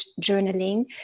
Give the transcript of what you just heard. journaling